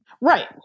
Right